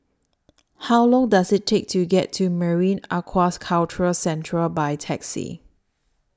How Long Does IT Take to get to Marine Aquaculture Centre By Taxi